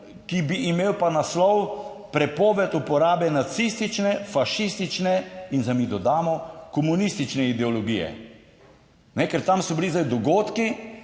ki bi imel pa naslov Prepoved uporabe nacistične, fašistične in - da mi dodamo -komunistične ideologije. Ker tam so bili zdaj dogodki